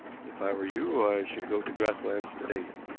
if i were you i should go to grasslands to-day.